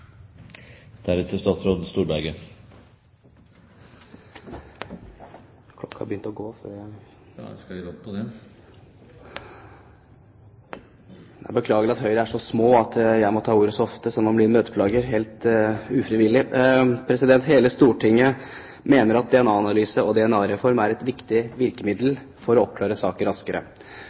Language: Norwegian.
at jeg må ta ordet så ofte at jeg blir en møteplager, helt ufrivillig. Hele Stortinget mener at DNA-analyse og DNA-reform er et viktig virkemiddel for å oppklare saker raskere.